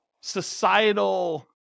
societal